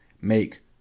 make